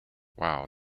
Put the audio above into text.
wow